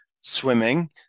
swimming